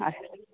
अस्तु